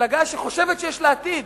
מפלגה שחושבת שיש לה עתיד,